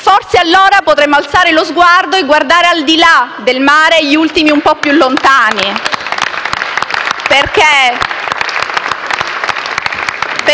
loro, forse potremmo alzare lo sguardo e guardare al di là del mare, agli ultimi un po' più lontani.